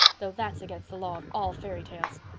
though that's against the law of all fairy tales.